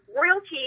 royalty